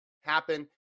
happen